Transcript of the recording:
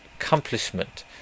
accomplishment